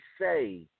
say